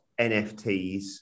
NFTs